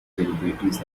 celebrities